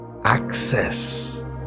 access